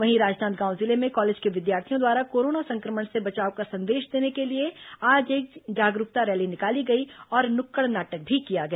वहीं राजनांदगांव जिले में कॉलेज के विद्यार्थियों द्वारा कोरोना संक्रमण से बचाव का संदेश देने के लिए आज एक जागरूकता रैली निकाली गई और नुक्कड़ नाटक भी किया गया